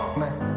man